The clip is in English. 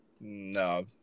No